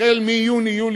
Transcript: מיוני-יולי,